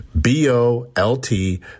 B-O-L-T